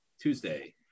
tuesday